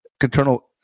internal